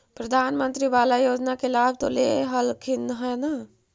प्रधानमंत्री बाला योजना के लाभ तो ले रहल्खिन ह न?